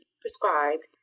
prescribed